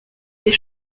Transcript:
des